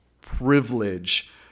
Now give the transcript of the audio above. privilege